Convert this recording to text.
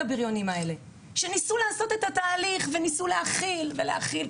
הבריונים ושניסו לעשות תהליך ולהכיל ולהכיל.